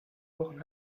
wochen